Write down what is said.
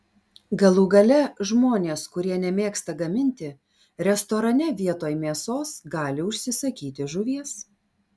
galų gale žmonės kurie nemėgsta gaminti restorane vietoj mėsos gali užsisakyti žuvies